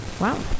Wow